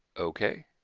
ok,